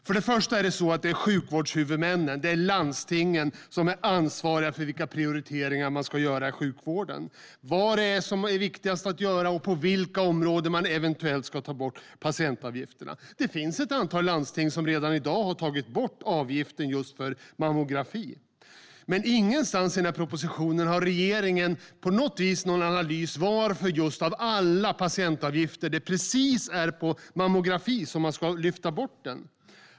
För det första är det sjukvårdshuvudmännen, landstingen, som är ansvariga för vilka prioriteringar som ska göras i sjukvården - vad som är viktigast att göra och på vilka områden man eventuellt ska ta bort patientavgifter. Det finns ett antal landsting som redan har tagit bort avgiften för just mammografi. Ingenstans i propositionen presenterar regeringen en analys av varför det är just mammografiavgiften av alla patientavgifter som ska lyftas bort.